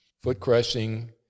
foot-crushing